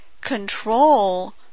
control